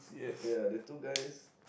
ya the two guys